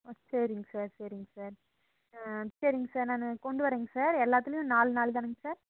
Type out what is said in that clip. ஓ சரிங்க சார் சரிங்க சார் சரிங்க சார் நான் கொண்டு வரேங்க சார் எல்லாத்துலேயும் நாலு நாலு தானங்க சார்